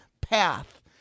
path